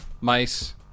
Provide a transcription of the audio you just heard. mice